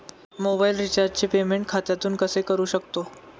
Mobile रिचार्जचे payment खात्यातून कसे करू शकतो?